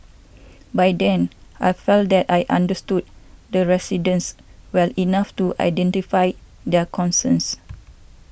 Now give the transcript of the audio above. by then I felt that I understood the residents well enough to identify their concerns